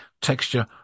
texture